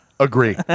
Agree